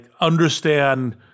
understand